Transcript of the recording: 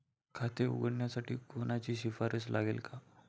खाते उघडण्यासाठी कोणाची शिफारस लागेल का?